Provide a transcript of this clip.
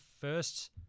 first